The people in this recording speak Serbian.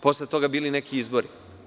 Posle toga su bili neki izbori.